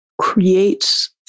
creates